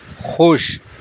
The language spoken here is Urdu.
خوش